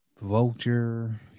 Vulture